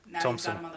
thompson